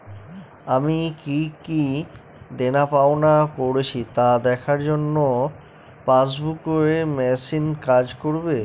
আমি কি কি দেনাপাওনা করেছি তা দেখার জন্য পাসবুক ই মেশিন কাজ করবে?